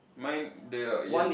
mine there are yellow